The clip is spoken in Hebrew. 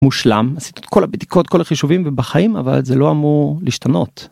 מושלם כל הבדיקות כל החישובים בחיים אבל זה לא אמור להשתנות.